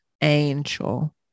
angel